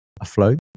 afloat